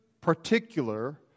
particular